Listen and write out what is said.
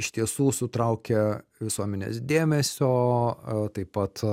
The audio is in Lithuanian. iš tiesų sutraukia visuomenės dėmesio taip pat